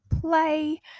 play